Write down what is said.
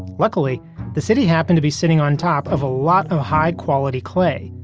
luckily the city happened to be sitting on top of a lot of high-quality clay.